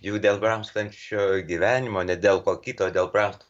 juk dėl brangstančio gyvenimo ne dėl ko kito o dėl prasto